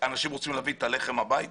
אנשים רוצים להביא את הלחם הביתה.